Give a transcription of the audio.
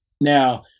Now